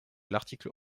l’article